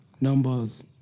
Numbers